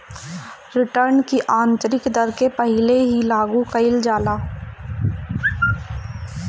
return की आतंरिक दर के पहिले ही लागू कईल जाला